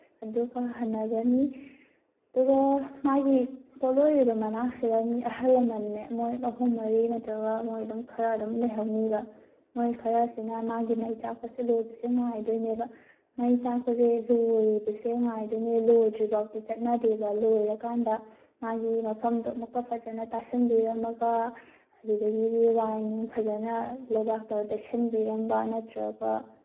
ꯑꯗꯨꯒ ꯍꯟꯅꯈ꯭ꯔꯅꯤ ꯑꯗꯨꯒ ꯃꯥꯒꯤ ꯄꯣꯂꯣꯏꯔꯤꯕ ꯃꯅꯥꯛꯁꯤꯗ ꯃꯤ ꯑꯍꯜ ꯂꯃꯟꯅꯦ ꯃꯣꯏ ꯑꯍꯨꯝ ꯃꯔꯤ ꯅꯠꯇ꯭ꯔꯒ ꯃꯣꯏ ꯑꯗꯨꯝ ꯈꯔ ꯑꯗꯨꯝ ꯂꯩꯍꯧꯅꯤꯕ ꯃꯣꯏ ꯈꯔꯁꯤꯅ ꯃꯥꯒꯤ ꯃꯩ ꯆꯥꯛꯄꯁꯦ ꯂꯣꯏꯕꯁꯦ ꯉꯥꯏꯗꯣꯏꯅꯦꯕ ꯃꯩ ꯆꯥꯛꯄꯁꯦ ꯂꯣꯏꯕꯁꯦ ꯉꯥꯏꯗꯣꯏꯅꯦ ꯂꯣꯏꯗ꯭ꯔꯤꯕꯥꯎꯗꯤ ꯆꯠꯅꯗꯦꯕ ꯂꯣꯏꯔꯀꯥꯟꯗ ꯃꯥꯒꯤ ꯃꯐꯝꯗꯣ ꯑꯃꯨꯛꯀ ꯐꯖꯅ ꯇꯥꯁꯤꯟꯕꯤꯔꯝꯃꯒ ꯑꯗꯨꯗꯒꯤꯗꯤ ꯋꯥꯏ ꯅꯨꯡ ꯐꯖꯅ ꯂꯩꯕꯥꯛ ꯇꯧꯔ ꯇꯩꯁꯤꯟꯕꯤꯔꯝꯕ ꯅꯠꯇ꯭ꯔꯒ